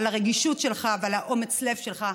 על הרגישות שלך ועל אומץ הלב שלך,